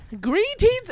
greetings